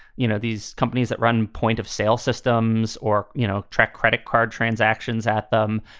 you know, these companies that run point of sale systems or, you know, track credit card transactions at them.